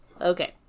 okay